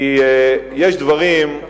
כי יש דברים,